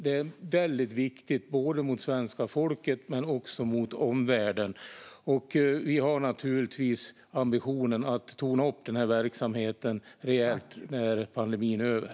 Det är väldigt viktigt både gentemot svenska folket och gentemot omvärlden. Vi har naturligtvis ambitionen att tona upp verksamheten rejält när pandemin är över.